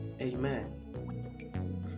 Amen